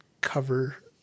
cover